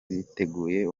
biteguye